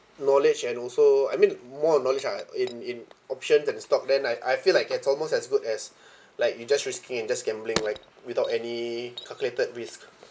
knowledge and also I mean more knowledge ah in in options and stock then I I feel like it's almost as good as like you just risking and just gambling like without any calculated risk